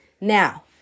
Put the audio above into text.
Now